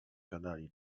gadali